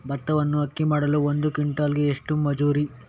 ಭತ್ತವನ್ನು ಅಕ್ಕಿ ಮಾಡಲು ಒಂದು ಕ್ವಿಂಟಾಲಿಗೆ ಎಷ್ಟು ಮಜೂರಿ?